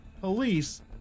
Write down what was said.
Police